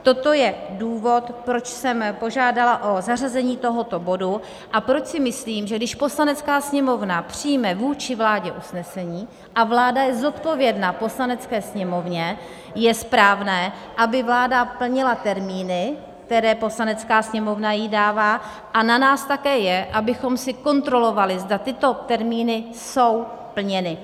Toto je důvod, proč jsem požádala o zařazení tohoto bodu a proč si myslím, že když Poslanecká sněmovna přijme vůči vládě usnesení a vláda je zodpovědna Poslanecké sněmovně, je správné, aby vláda plnila termíny, které jí Poslanecká sněmovna dává, a na nás také je, abychom si kontrolovali, zda tyto termíny, jsou plněny.